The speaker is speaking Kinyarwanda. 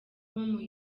bamuha